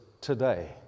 today